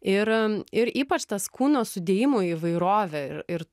ir ir ypač tas kūno sudėjimų įvairovė ir